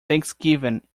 thanksgiving